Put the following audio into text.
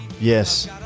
yes